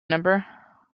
number